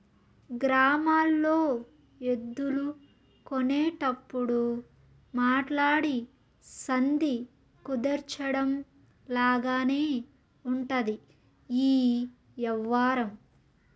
గ్రామాల్లో ఎద్దులు కొనేటప్పుడు మాట్లాడి సంధి కుదర్చడం లాగానే ఉంటది ఈ యవ్వారం